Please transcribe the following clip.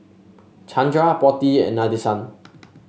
Chandra Potti and Nadesan